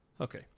Okay